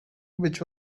which